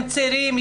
הם צעירים,